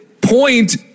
point